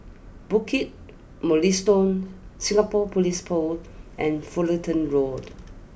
Bukit Mugliston Singapore police Paul and Fullerton Road